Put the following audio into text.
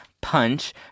Punch